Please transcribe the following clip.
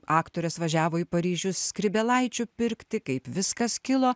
aktorės važiavo į paryžių skrybėlaičių pirkti kaip viskas kilo